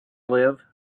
live